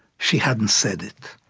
she hadn't said it.